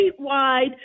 statewide